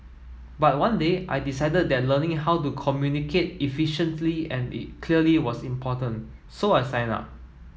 but one day I decided that learning how to communicate efficiently and clearly was important so I signed up